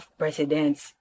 presidents